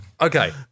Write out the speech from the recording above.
Okay